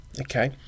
Okay